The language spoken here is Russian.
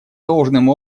должным